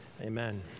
Amen